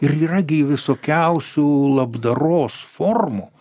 ir yra gi visokiausių labdaros formų